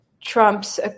Trump's